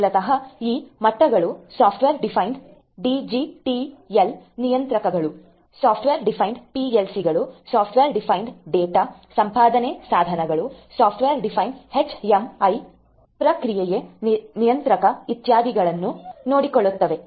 ಮೂಲತಃ ಈ ಮಟ್ಟಗಳು ಸಾಫ್ಟ್ವೇರ್ ಡಿಫೈನ್ಡ್ ಡಿಜಿಟಲ್ ನಿಯಂತ್ರಕಗಳು ಸಾಫ್ಟ್ವೇರ್ ಡಿಫೈನ್ಡ್ ಪಿಎಲ್ಸಿಗಳು ಸಾಫ್ಟ್ವೇರ್ ಡಿಫೈನ್ಡ್ ಡೇಟಾ ಸಂಪಾದನೆ ಸಾಧನಗಳು software defined H M I ಪ್ರಕ್ರಿಯೆ ನಿಯಂತ್ರಕ ಇತ್ಯಾದಿಗಳನ್ನು ನೋಡಿಕೊಳ್ಳುತ್ತವೆ